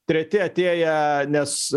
treti atėję nes